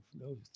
no